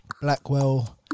Blackwell